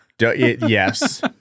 Yes